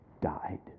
died